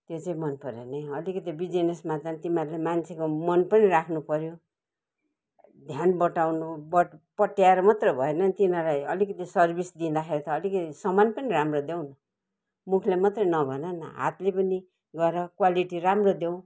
त्यो चाहिँ मन परेन है अलिकति बिजिनेसमा त तिमीहरूले मान्छेको मन पनि राख्नु पऱ्यो ध्यान बटाउनु पट पट्ट्याएर मात्रै भएन नि तिनीहरूलाई अलिकिति सर्भिस दिँदाखेरि त अलिकिति सामान पनि राम्रो देउ न मुखले मात्रै नभन न हातले पनि गर क्वालिटी राम्रो देउ